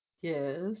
Yes